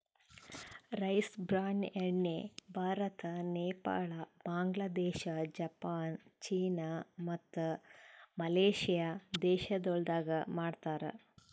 rice bran ಎಣ್ಣಿ Bharat, Nepal, Bangladesh, Japan, China ಮತ್ತ Malaysia ದೇಶಗೊಳ್ದಾಗ್ ಮಾಡ್ತಾರ್